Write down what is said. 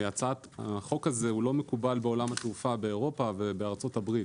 החוק הזה לא מקובל בעולם התעופה באירופה ובארצות הברית.